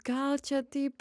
gal čia taip